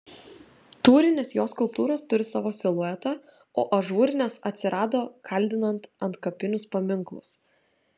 tūrinės jo skulptūros turi savo siluetą o ažūrinės atsirado kaldinant antkapinius paminklus